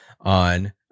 on